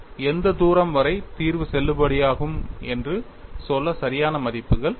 எந்த தூரம் வரை தீர்வு செல்லுபடியாகும் என்று சொல்ல சரியான மதிப்புகள் இல்லை